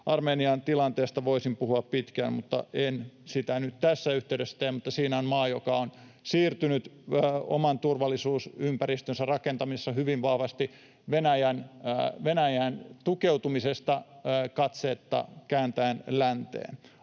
Armenian tilanteesta voisin puhua pitkään. En sitä nyt tässä yhteydessä tee, mutta siinä on maa, joka on siirtynyt oman turvallisuusympäristönsä rakentamisessa hyvin vahvasti Venäjään tukeutumisesta kääntäen katsetta länteen.